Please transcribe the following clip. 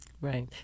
Right